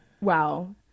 wow